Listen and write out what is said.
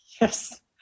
yes